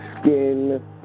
skin